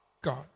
God